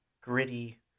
gritty